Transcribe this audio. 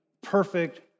perfect